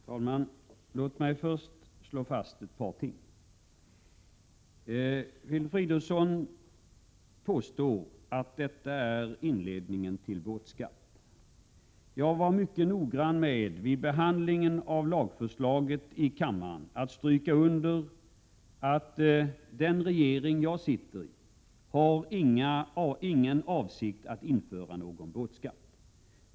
Herr talman! Låt mig först slå fast ett par ting. Filip Fridolfsson påstår att detta är inledningen till båtskatt. Jag var vid behandlingen av lagförslaget i kammaren mycket noggrann med att stryka under att den regering jag sitter i inte har någon avsikt att införa en båtskatt.